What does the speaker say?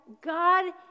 God